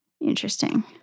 interesting